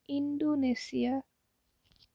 Indonesia